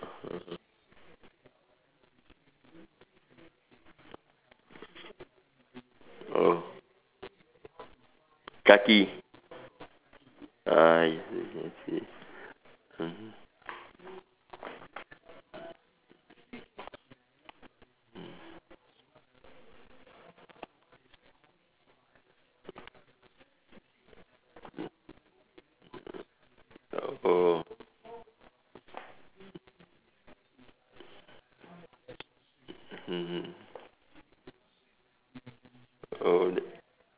(uh huh) oh kaki ah oh mmhmm oh